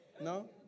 no